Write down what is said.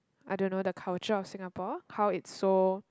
I don't know the culture of Singapore how it's so